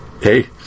hey